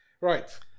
Right